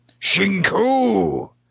Shinku